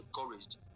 encouraged